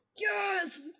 Yes